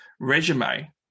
resume